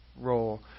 role